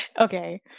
Okay